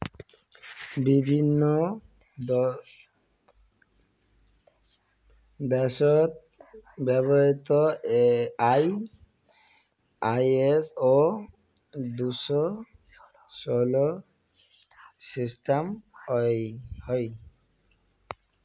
বিভিন্ন দ্যাশত ব্যবহৃত আই.এস.ও দুশো ষোল সিস্টাম হই